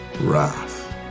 wrath